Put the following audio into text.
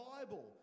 Bible